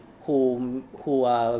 whom who are